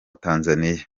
tanzania